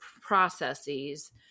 processes